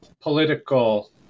political